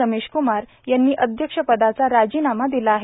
रमेशक्मार यांनी अध्यक्षपदाचा राजीनामा दिला आहे